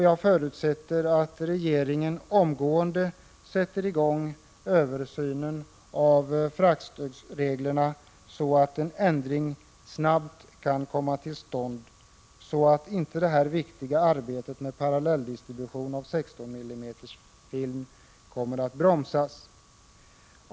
Jag förutsätter att regeringen omgående påbörjar översynen av fraktstödsreglerna, så att en ändring snabbt kan komma till stånd och det viktiga arbetet med parallelldistribution av 16 mm film inte bromsas.